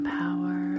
power